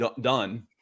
done